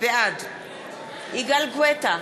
בעד יגאל גואטה,